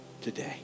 today